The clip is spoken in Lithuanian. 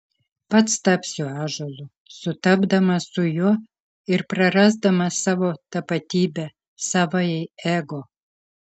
pats tapsiu ąžuolu sutapdamas su juo ir prarasdamas savo tapatybę savąjį ego